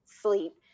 sleep